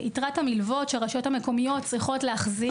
יתרת המלווה שהרשויות המקומיות צריכות להחזיר,